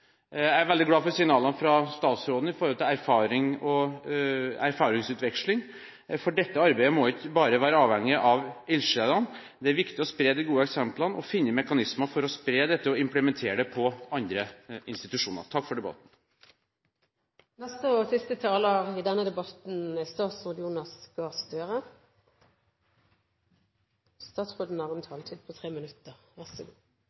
Jeg er veldig glad for signalene fra statsråden når det gjelder erfaring og erfaringsutveksling, for dette arbeidet må ikke bare være avhengig av ildsjelene. Det er viktig å spre de gode eksemplene og å finne mekanismer for å spre dette og implementere det i andre institusjoner. Takk for debatten. Det har vært en god debatt, og den har også frembrakt en del nye perspektiver, som bl.a. å skrive representanten Stokkan-Grande inn i en